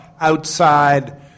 outside